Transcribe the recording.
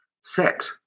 set